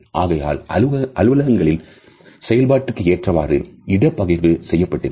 ஆகையால் அலுவலகங்களில் செயல்பாட்டுக்கு ஏற்றவாறு இட பகிர்வு செய்யப்பட்டிருக்கும்